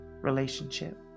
relationship